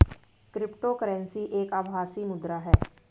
crypto currency एक आभासी मुद्रा है